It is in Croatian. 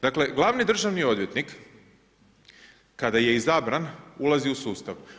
Dakle glavni državni odvjetnik kada je izabran ulazi u sustav.